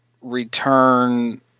return